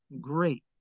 great